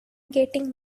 getting